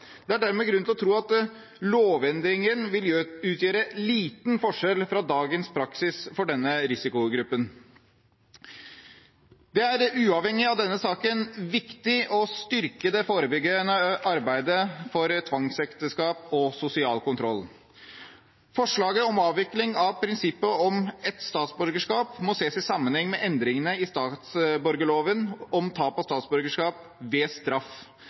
Det er dermed grunn til å tro at lovendringen vil utgjøre liten forskjell fra dagens praksis for denne risikogruppen. Det er – uavhengig av denne saken – viktig å styrke det forebyggende arbeidet mot tvangsekteskap og sosial kontroll. Forslaget om avvikling av prinsippet om ett statsborgerskap må ses i sammenheng med endringene i statsborgerloven om tap av statsborgerskap ved straff,